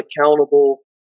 accountable